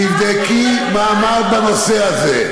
תבדקי מה אמרת בנושא הזה.